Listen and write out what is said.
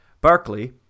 Barclay